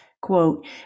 Quote